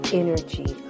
energy